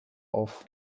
auf